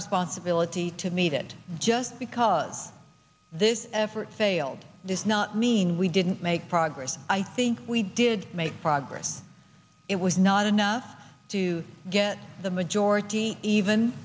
responsibility to me that just because this effort failed does not mean we didn't make progress i think we did make progress it was not enough to get the majority even